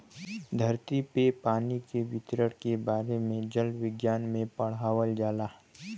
धरती पे पानी के वितरण के बारे में जल विज्ञना में पढ़ावल जाला